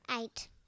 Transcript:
Eight